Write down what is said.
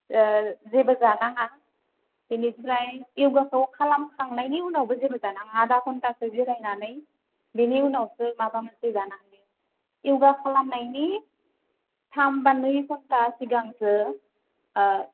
जेबो जानाङा बेनिफ्राय य'गाखौ खालामखांनायनि उनावबो जेबो जानाङा आदा घण्टासो जिरायनानै बेनि उनावसो माबा मोनसे जानांगौ य'गा खालामनायनि थाम बा नै घण्टा सिगांबो